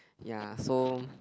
ya so